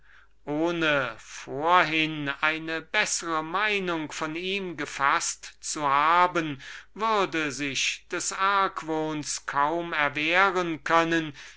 ohne vorhin eine bessere meinung von ihm gefaßt zu haben würde sich des argwohns kaum erwehren können